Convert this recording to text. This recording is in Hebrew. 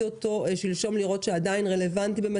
אותו שלשום לראות שעדיין רלוונטי באמת,